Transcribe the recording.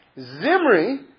Zimri